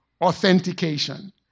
authentication